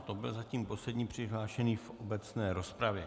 To byl zatím poslední přihlášený v obecné rozpravě.